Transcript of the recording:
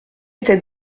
était